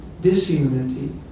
disunity